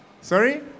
Sorry